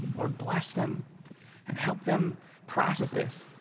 lord bless them and help them process this.